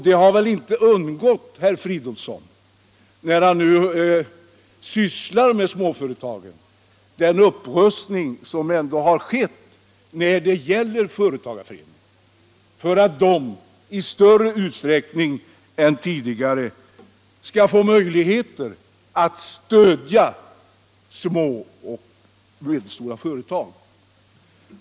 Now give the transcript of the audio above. Det har väl inte undgått herr Fridolsson som sysslar med småföretagen att en upprustning ändå skett av företagarföreningarna för att de i större utsträckning än tidigare skall få möjligheter att stödja små och medelstora företag.